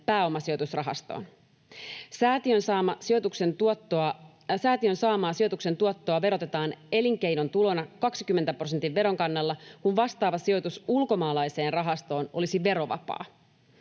pääomasijoitusrahastoon. Säätiön saamaa sijoituksen tuottoa verotetaan elinkeinon tulona 20 prosentin verokannalla, kun vastaava sijoitus ulkomaalaiseen rahastoon olisi verovapaa.